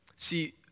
See